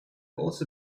also